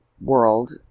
world